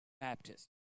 Baptist